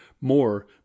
more